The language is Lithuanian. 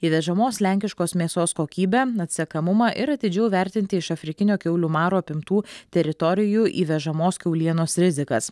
įvežamos lenkiškos mėsos kokybę atsekamumą ir atidžiau vertinti iš afrikinio kiaulių maro apimtų teritorijų įvežamos kiaulienos rizikas